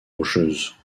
rocheuse